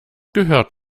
gehört